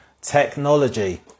technology